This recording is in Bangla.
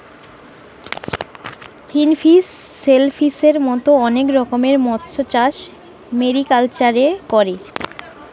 ফিনফিশ, শেলফিসের মত অনেক রকমের মৎস্যচাষ মেরিকালচারে করে